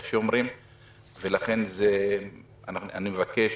ולכן אני מבקש,